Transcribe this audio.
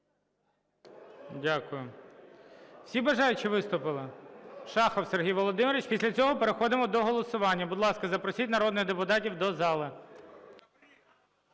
Дякую. Всі бажаючі виступили? Шахов Сергій Володимирович. Після цього переходимо до голосування. Будь ласка, запросіть народних депутатів до зали.